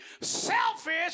selfish